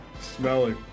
Smelly